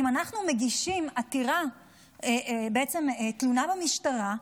אם אנחנו מגישים תלונה במשטרה,